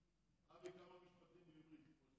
אבי, כמה משפטים בעברית כמו שצריך.